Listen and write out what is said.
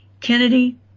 Kennedy